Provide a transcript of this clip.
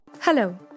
Hello